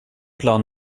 plan